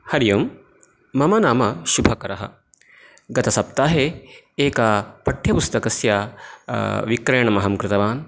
हरि ओम् मम नाम शुभकरः गतसप्ताहे एक पाठ्यपुस्तकस्य विक्रयणम् अहं कृतवान्